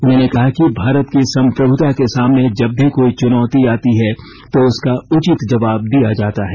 उन्होंने कहा कि भारत की संप्रभुता के सामने जब भी कोई चुनौती आती है तो उसका उचित जवाब दिया जाता है